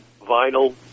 vinyl